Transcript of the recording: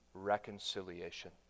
reconciliation